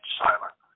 silent